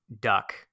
duck